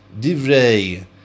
Divrei